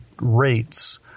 rates